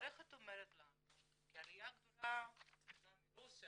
המערכת אומרת לנו כי העליה הגדולה גם מרוסיה,